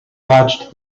watched